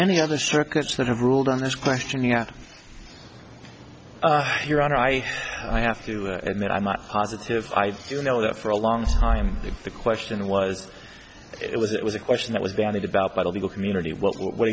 any other circuits that have ruled on this question you have your honor i have to admit i'm not positive i do know that for a long time the question was it was it was a question that was bandied about by the legal community what